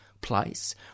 place